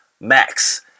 max